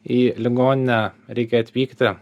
į ligoninę reikia atvykti